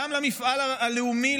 גם למפעל הלאומי,